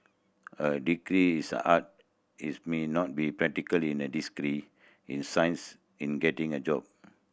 a degree is a art is may not be practically as a degree in science in getting a job